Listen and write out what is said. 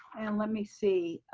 and let me see.